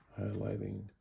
highlighting